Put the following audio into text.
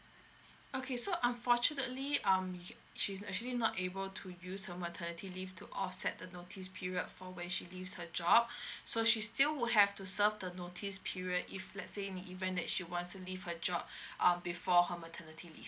okay so unfortunately um she's actually not able to use her maternity leave to offset the notice period for when she leaves her job so she still would have to serve the notice period if let's say in the event that she wants to leave her job uh before her maternity leave